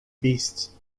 beasts